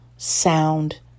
sound